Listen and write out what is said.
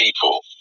people